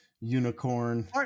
unicorn